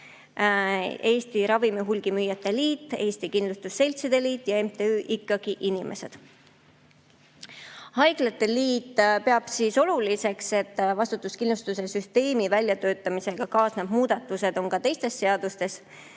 Eesti Ravimihulgimüüjate Liit, Eesti Kindlustusseltside Liit ja MTÜ Ikkagi Inimesed. Haiglate liit peab oluliseks, et vastutuskindlustuse süsteemi väljatöötamisega kaasnevad muudatused on ka teistes seadustes